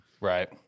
Right